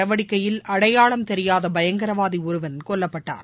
நடவடிக்கையில் அடையாளம் தெரியாத பயங்கரவாதி ஒருவன் கொல்லப்பட்டான்